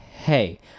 hey